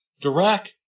Dirac